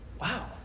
Wow